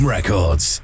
Records